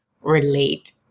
relate